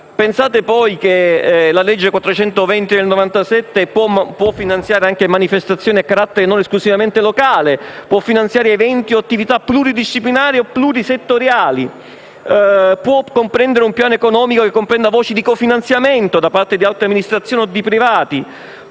Pensate inoltre che la legge n. 420 del 1997 può finanziare anche manifestazioni a carattere non esclusivamente locale; eventi o attività pluridisciplinari o plurisettoriali; può comprendere un piano economico che contenga voci di cofinanziamento da parte di altre amministrazioni o di privati;